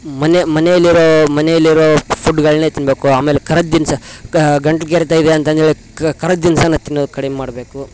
ಮನೆ ಮನೇಲಿರೋ ಮನೇಲಿರೋ ಫುಡ್ಗಳನ್ನೆ ತಿನ್ನಬೇಕು ಆಮೇಲೆ ಕರದ ತಿನ್ಸ ಕಾ ಗಂಟ್ಲು ಕೆರೆತಯಿದೆ ಅಂತ ಅಂತೇಳಿ ಕರದ ತಿನ್ಸನ ತಿನ್ನೋದು ಕಡಿಮೆ ಮಾಡಬೇಕು